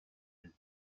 and